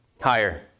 Higher